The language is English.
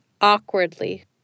awkwardly